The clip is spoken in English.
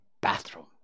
bathroom